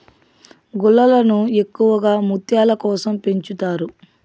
గుల్లలను ఎక్కువగా ముత్యాల కోసం పెంచుతారు